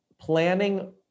planning